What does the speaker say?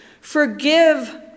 forgive